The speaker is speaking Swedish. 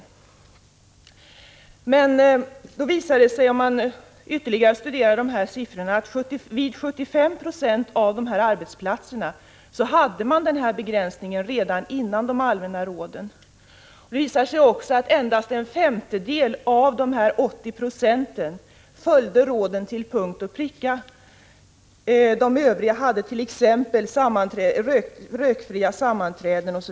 Om man studerar siffrorna ytterligare visar det sig att vid 75 90 av dessa arbetsplatser fanns begränsningarna redan innan de allmänna råden gavs ut. Det visar sig också att endast en femtedel av dessa 80 2 följde råden till punkt och pricka. En del hade t.ex. rökfria sammanträden.